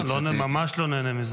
לא, ממש לא נהנה מזה.